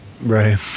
Right